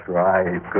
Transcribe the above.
right